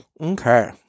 okay